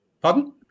Pardon